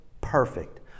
perfect